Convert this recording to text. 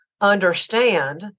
understand